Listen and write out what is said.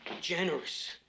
Generous